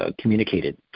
communicated